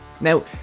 Now